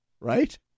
right